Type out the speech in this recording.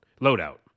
loadout